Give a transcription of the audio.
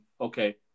okay